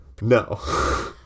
No